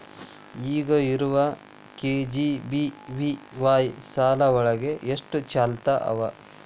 ಈಗ ಇರೋ ಕೆ.ಜಿ.ಬಿ.ವಿ.ವಾಯ್ ಶಾಲೆ ಒಳಗ ಎಷ್ಟ ಚಾಲ್ತಿ ಅವ?